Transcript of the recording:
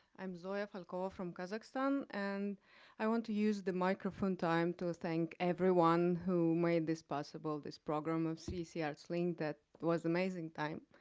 i'm zoya falkova, from kazakhstan. and i want to use the microphone time to thank everyone who made this possible, this program of cec artslink that was amazing time.